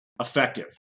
effective